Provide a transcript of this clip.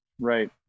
Right